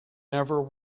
never